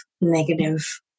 negative